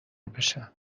بشم